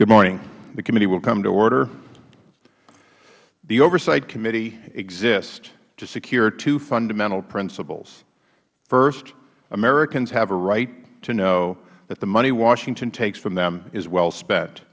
issa the committee will come to order the oversight committee exists to secure two fundamental principles first americans have a right to know that the money washington takes from them is well spent